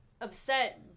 upset